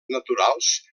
naturals